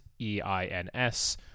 e-i-n-s